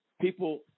people